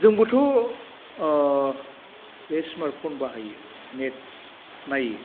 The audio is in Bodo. जोंबोथ' बे स्मार्टफन बाहायो नेट नाइयो